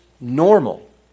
normal